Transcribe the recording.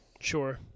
Sure